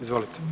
Izvolite.